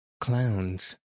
clowns